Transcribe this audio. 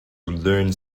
learn